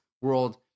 world